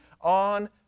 on